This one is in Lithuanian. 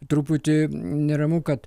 truputį neramu kad